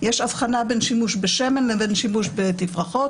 יש הבחנה בין שימוש בשמן לבין שימוש בתפרחות.